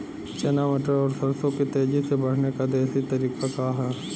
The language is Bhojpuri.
चना मटर और सरसों के तेजी से बढ़ने क देशी तरीका का ह?